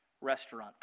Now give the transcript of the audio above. restaurant